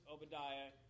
Obadiah